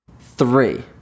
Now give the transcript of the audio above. Three